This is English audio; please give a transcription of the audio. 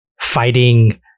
fighting